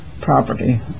property